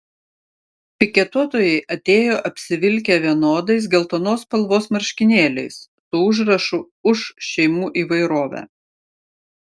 piketuotojai atėjo apsivilkę vienodais geltonos spalvos marškinėliais su užrašu už šeimų įvairovę